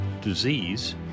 disease